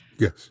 Yes